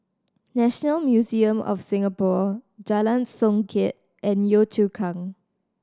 National Museum of Singapore Jalan Songket and Yio Chu Kang